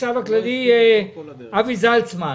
העלאת ארנונה נוספת של שני אחוזים לכלל העסקים,